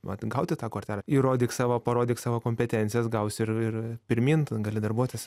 vat gauti tą kortelę įrodyk savo parodyk savo kompetencijas gausi ir ir pirmyn ten gali darbuotis